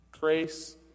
Grace